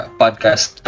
podcast